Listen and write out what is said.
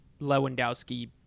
Lewandowski